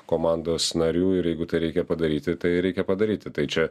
komandos narių ir jeigu tai reikia padaryti tai reikia padaryti tai čia